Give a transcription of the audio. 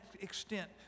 extent